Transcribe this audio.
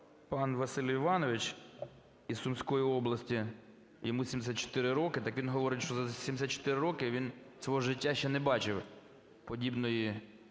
пан Василь Іванович із Сумської області, йому 74 роки. Так він говорить, що за 74 роки він свого життя ще не бачив подібної